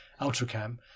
Ultracam